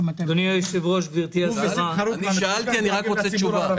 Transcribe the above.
אני שאלתי ואני רוצה תשובה.